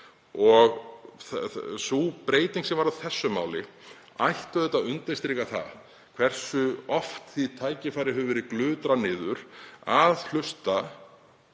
og sú breyting sem varð á þessu máli ætti auðvitað undirstrika það hversu oft því tækifæri hefur verið glutrað niður að hlusta